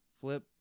Flip